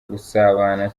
gusabana